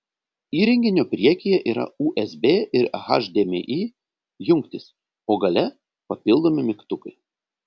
įrenginio priekyje yra usb ir hdmi jungtys o gale papildomi mygtukai